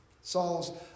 Saul's